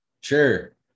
Sure